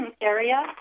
area